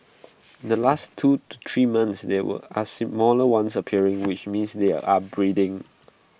in the last two to three months there were A smaller ones appearing which means they are breeding